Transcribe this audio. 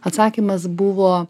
atsakymas buvo